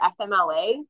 FMLA